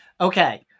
Okay